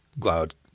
cloud